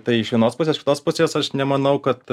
tai iš vienos pusės iš kitos pusės aš nemanau kad